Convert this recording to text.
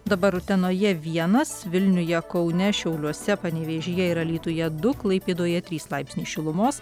dabar utenoje vienas vilniuje kaune šiauliuose panevėžyje ir alytuje du klaipėdoje trys laipsniai šilumos